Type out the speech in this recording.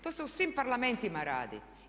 To se u svim parlamentima radi.